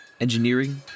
engineering